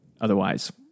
Otherwise